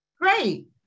Great